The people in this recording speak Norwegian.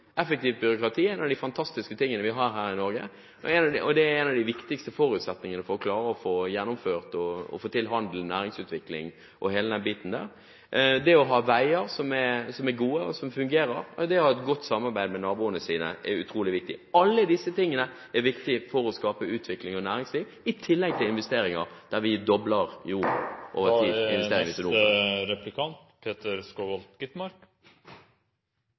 Effektivt byråkrati er en av de fantastiske tingene vi har her i Norge, og det er en av de viktigste forutsetningene for å klare å få til handel, næringsutvikling og hele den biten. Det å ha veier som er gode og som fungerer, og det å ha et godt samarbeid med naboene sine, er utrolig viktig – alle disse tingene er viktig for å skape utvikling og næringsliv, i tillegg til investeringer, der vi dobler